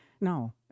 No